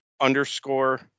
underscore